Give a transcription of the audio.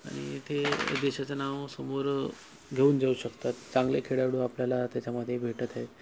आणि इथे देशाचं नाव समोर घेऊन जाऊ शकतात चांगले खेळाडू आपल्याला त्याच्यामध्ये भेटत आहे